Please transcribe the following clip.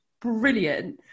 brilliant